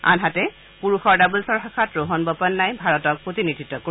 আনহাতে পুৰুষৰ ডাবলছ শাখাত ৰোহন বোপান্নাই ভাৰতক প্ৰতিনিধিত্ব কৰিব